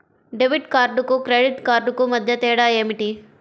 Debit కార్డుకు credit కార్డుకు మధ్య తేడా ఏమిటీ?